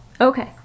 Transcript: Okay